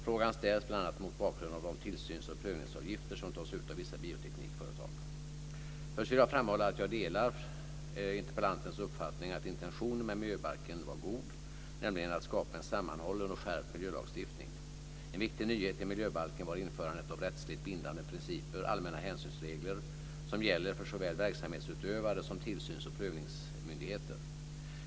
Frågan ställs bl.a. mot bakgrund av de tillsyns och prövningsavgifter som tas ut av vissa bioteknikföretag. Först vill jag framhålla att jag delar interpellantens uppfattning att intentionen med miljöbalken var god, nämligen att skapa en sammanhållen och skärpt miljölagstiftning. En viktig nyhet i miljöbalken var införandet av rättsligt bindande principer - allmänna hänsynsregler - som gäller för såväl verksamhetsutövare som tillsyns och prövningsmyndigheter.